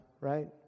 Right